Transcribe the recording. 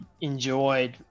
enjoyed